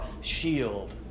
shield